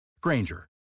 Granger